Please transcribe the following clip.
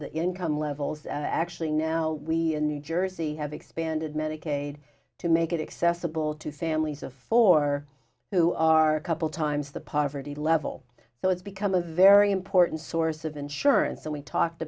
the income levels actually now we new jersey have expanded medicaid to make it accessible to sam lees of four who are a couple times the poverty level so it's become a very important source of insurance and we talked